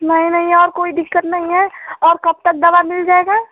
नहीं नहीं और कोई दिक़्क़त नहीं है और कब तक दवा मिल जाएगा